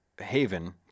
haven